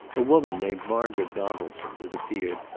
a woman named margaret donaldson, it appeared,